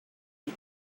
you